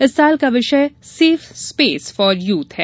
इस वर्ष का विषय सेफ स्पेस फॉर युथ है